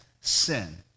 sin